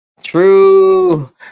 True